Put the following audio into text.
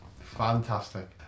Fantastic